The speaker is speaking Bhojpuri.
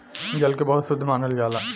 जल के बहुत शुद्ध मानल जाला